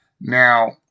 Now